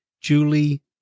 Julie